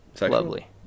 lovely